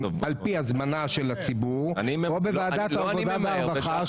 על-פי הזמנה של הציבור כמו בוועדת העבודה והרווחה,